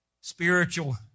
spiritual